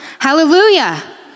Hallelujah